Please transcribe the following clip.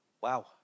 Wow